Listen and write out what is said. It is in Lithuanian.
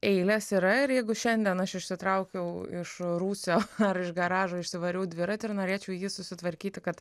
eilės yra ir jeigu šiandien aš išsitraukiau iš rūsio ar iš garažo išsivariau dviratį ir norėčiau jį susitvarkyti kad